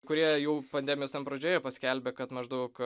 kurie jau pandemijos pradžioje paskelbė kad maždaug